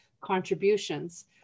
contributions